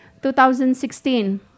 2016